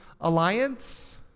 Alliance